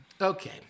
Okay